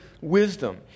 wisdom